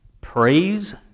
Praise